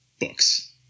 books